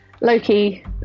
Loki